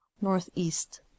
Northeast